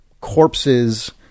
corpses